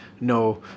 no